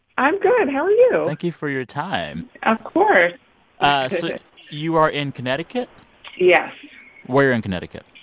i'm good. how are you? thank you for your time of course so you are in connecticut yes where in connecticut?